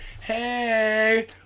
hey